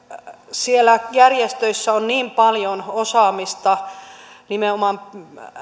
siellä järjestöissä on niin paljon osaamista nimenomaan